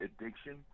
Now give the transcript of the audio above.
addiction